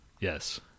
yes